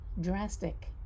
drastic